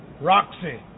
Roxy